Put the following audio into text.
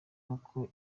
uko